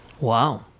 Wow